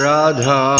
Radha